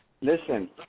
Listen